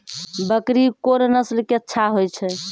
बकरी कोन नस्ल के अच्छा होय छै?